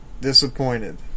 disappointed